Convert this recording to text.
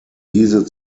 diese